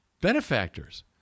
benefactors